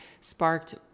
sparked